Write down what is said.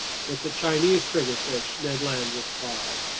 it's a chinese triggerfish, ned land replied.